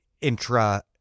intra